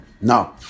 No